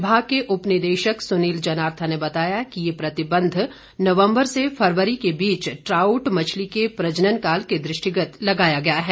विभाग के उपनिदेशक सुनील जनार्था ने बताया कि ये प्रतिबंध नवम्बर से फरवरी के बीच ट्राउट मछली के प्रजननकाल के दृष्टिगत लगाया गया है